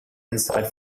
inside